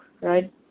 right